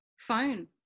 Phone